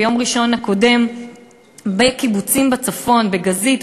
ביום ראשון שעבר בקיבוצים בצפון: בגזית,